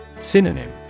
Synonym